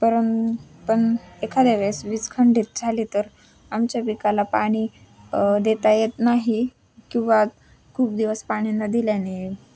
परन पण एखाद्या वेळेस वीज खंडित झाली तर आमच्या पिकाला पाणी देता येत नाही किंवा खूप दिवस पाणी न दिल्याने